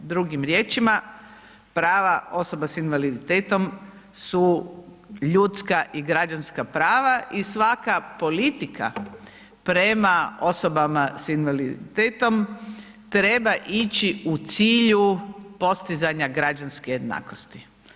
Drugim riječima, prava osoba s invaliditetom su ljudska i građanska prava i svaka politika prema osobama s invaliditetom treba ići u cilju postizanja građanske jednakosti.